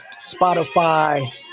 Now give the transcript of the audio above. Spotify